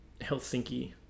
Helsinki